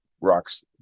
rocks